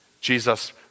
Jesus